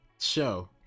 show